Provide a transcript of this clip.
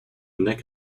neck